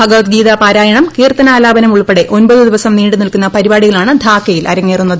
ഭഗവദ്ഗീത പാരായണം കീർത്തനാലാപനം ഉൾപ്പെടെ ഒൻമ്പത് ദിവസം നീണ്ടുനിൽക്കുന്ന പരിപാടികളാണ് ധാക്കയിൽ അരങ്ങേറുന്നത്